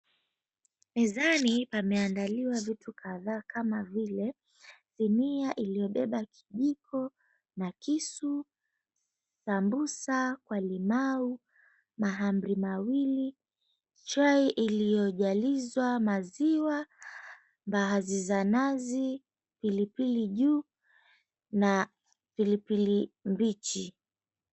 Mezani pameandaliwa vitu kadhaa kama vile: sinia iliyobeba kijiko na kisu, sambusa kwa limau, mahamri mawili, chai iliyojalizwa maziwa, mbaazi za nazi, pilipili juu na pilipili mbichi.